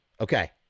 okay